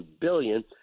billion